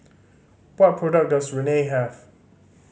what products does Rene have